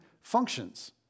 functions